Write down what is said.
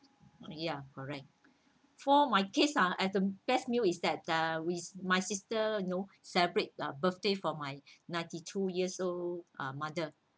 ya correct for my kids ah at the best meal is that uh with my sister you know celebrated uh birthday for my ninety two years old uh mother